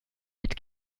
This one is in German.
mit